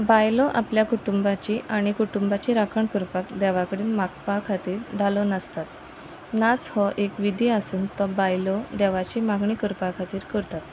बायलो आपल्या कुटुंबाची आनी कुटुंबाची राखण करपाक देवा कडेन मागपा खातीर धालो नासतात नाच हो एक विधी आसून तो बायलो देवाची मागणी करपा खातीर करतात